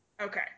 Okay